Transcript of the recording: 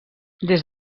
des